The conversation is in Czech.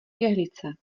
jehlice